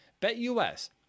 BetUS